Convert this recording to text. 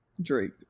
Drake